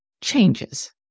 changes